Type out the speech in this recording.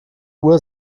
uhr